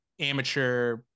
amateur